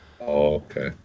Okay